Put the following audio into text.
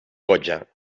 cotxe